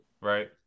right